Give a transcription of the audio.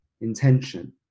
intention